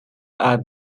are